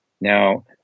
Now